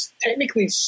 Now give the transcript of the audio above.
technically